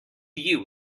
you